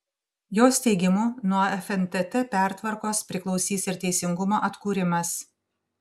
jos teigimu nuo fntt pertvarkos priklausys ir teisingumo atkūrimas